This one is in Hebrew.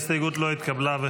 ההסתייגות לא התקבלה.